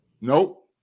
Nope